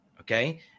Okay